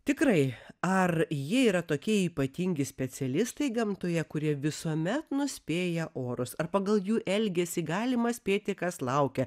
tikrai ar jie yra tokie ypatingi specialistai gamtoje kurie visuome nuspėja orus ar pagal jų elgesį galima spėti kas laukia